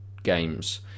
games